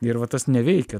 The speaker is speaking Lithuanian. ir va tas neveikia